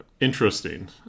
interesting